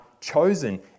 chosen